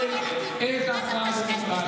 חושבים כל פעם על איזה מיצגים יותר הזויים,